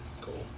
Cool